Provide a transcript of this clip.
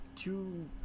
two